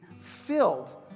filled